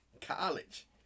college